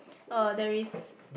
uh there is